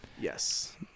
yes